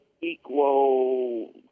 equal